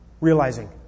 Realizing